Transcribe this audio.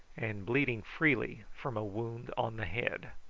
and bleeding freely from a wound on the head.